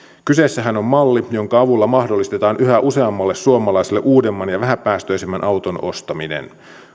kyseessähän on malli jonka avulla mahdollistetaan yhä useammalle suomalaiselle uudemman ja vähäpäästöisemmän auton ostaminen